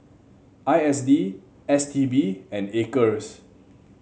I S D S T B and Acres